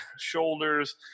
shoulders